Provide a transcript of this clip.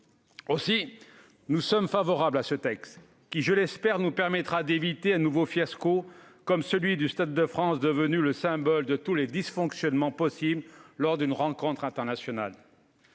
Aussi, nous sommes favorables à ce texte qui, je l'espère, nous permettra d'éviter un nouveau fiasco semblable à celui du Stade de France, devenu le symbole de tous les dysfonctionnements possibles lors d'une rencontre internationale.